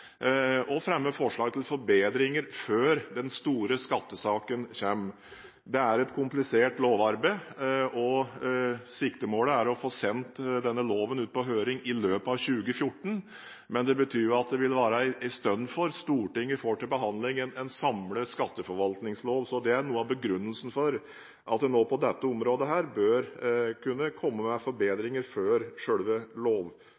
forslag til forbedringer før den store skattesaken kommer. Det er et komplisert lovarbeid, og siktemålet er å få sendt denne loven ut på høring i løpet av 2014, men det betyr jo at det vil være en stund til Stortinget får til behandling en samlet skatteforvaltningslov. Det er noe av begrunnelsen for at man nå på dette området bør kunne komme med